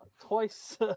twice